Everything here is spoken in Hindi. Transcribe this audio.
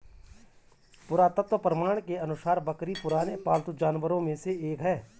पुरातत्व प्रमाण के अनुसार बकरी पुराने पालतू जानवरों में से एक है